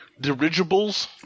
Dirigibles